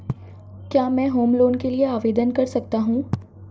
क्या मैं home loan के लिए आवेदन कर सकता हूं?